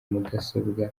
mudasobwa